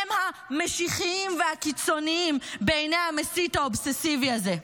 הם "המשיחיים" ו"הקיצוניים" בעיני המסית האובססיבי הזה.